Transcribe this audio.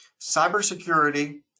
cybersecurity